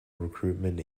recruitment